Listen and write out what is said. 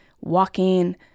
walking